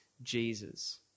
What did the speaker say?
Jesus